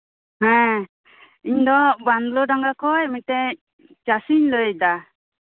ᱦᱮᱸ ᱤᱧᱫᱚ ᱵᱟᱸᱫᱞᱚ ᱰᱟᱸᱜᱟ ᱠᱷᱚᱡ ᱢᱤᱫᱴᱮᱡ ᱪᱟᱹᱥᱤᱧ ᱞᱟᱹᱭᱫᱟ